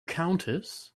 countess